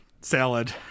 salad